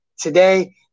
Today